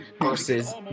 versus